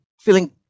feeling